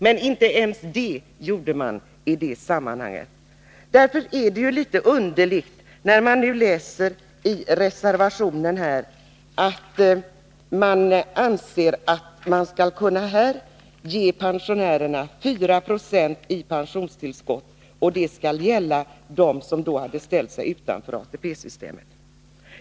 Men inte ens det gjorde man i det Därför är det litet underligt att läsa i reservation 5 att centern anser att pensionärerna skall ges 4 70 högre pensionstillskott och att det skall gälla dem som ställt sig utanför ATP-systemet.